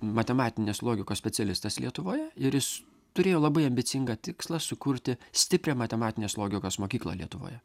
matematinės logikos specialistas lietuvoje ir jis turėjo labai ambicingą tikslą sukurti stiprią matematinės logikos mokyklą lietuvoje